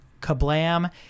Kablam